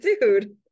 dude